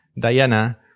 Diana